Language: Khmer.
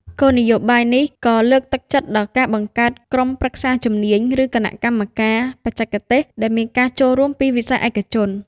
គោលនយោបាយនេះក៏លើកទឹកចិត្តដល់ការបង្កើតក្រុមប្រឹក្សាជំនាញ ឬគណៈកម្មការបច្ចេកទេស ដែលមានការចូលរួមពីវិស័យឯកជន។